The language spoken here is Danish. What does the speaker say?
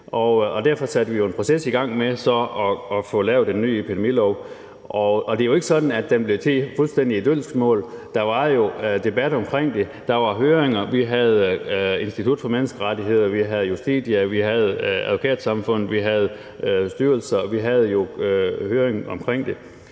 derfor satte vi en proces i gang for at få lavet en ny epidemilov. Og det jo ikke sådan, at den blev til i fuldstændig dølgsmål. Der var debat om det, og der var høringer, hvor vi hørte fra Institut for Menneskerettigheder, Justitia, Advokatsamfundet og styrelser, og vi fik en